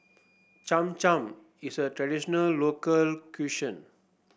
Cham Cham is a traditional local cuisine